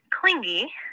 clingy